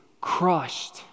crushed